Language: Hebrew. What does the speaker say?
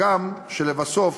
הגם שלבסוף